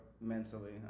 mentally